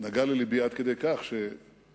נגע ללבי עד כדי כך שעמדתי